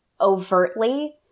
overtly